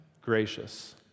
gracious